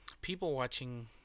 people-watching